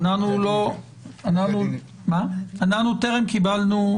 טרם קיבלנו.